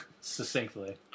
succinctly